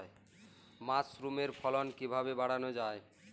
মাসরুমের ফলন কিভাবে বাড়ানো যায়?